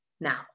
now